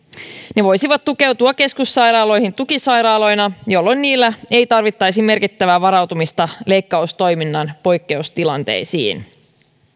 ne voisivat tukeutua keskussairaaloihin tukisairaaloina jolloin niillä ei tarvittaisi merkittävää varautumista leikkaustoiminnan poikkeustilanteisiin